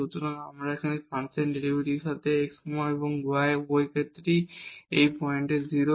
সুতরাং এখানে ফাংশন ডেরিভেটিভের সাথে x এবং y এর ক্ষেত্রে উভয়ই এই পয়েন্টে 0